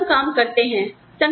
लोग न्यूनतम काम करते हैं